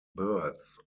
birds